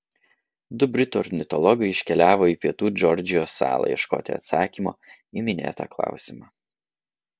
du britų ornitologai iškeliavo į pietų džordžijos salą ieškoti atsakymo į minėtą klausimą